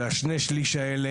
ושני השלישים האלה,